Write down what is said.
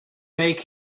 make